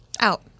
out